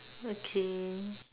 okay